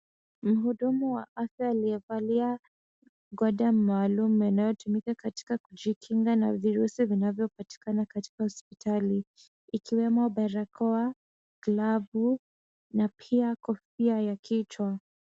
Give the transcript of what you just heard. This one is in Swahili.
Mhudumu wa afya aliyevalia gwanda maalum inayotumika katika kujikinga na virusi vinavyopatikana katika hospitali ikiwemo barakoa, glavu na pia kofia ya kichwa.